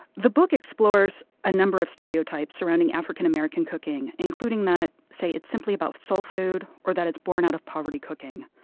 the book explores a number of stereotypes surrounding african-american cooking, including that it's simply about soul food, or that it's born out of poverty cooking.